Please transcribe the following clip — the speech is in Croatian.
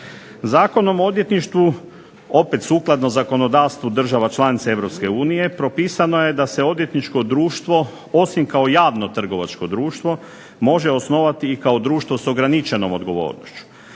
Zakon o odvjetništvu sukladno zakonodavstvu država članica EU propisao je da je odvjetničko društvo osim kao javno trgovačko društvo može osnovati i kao društvo sa ograničenom odgovornošću.